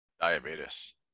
diabetes